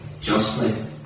justly